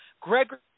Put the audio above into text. Gregory